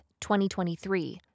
2023